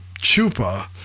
Chupa